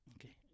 Okay